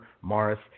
Morris